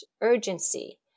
urgency